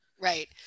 Right